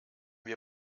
wir